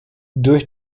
durch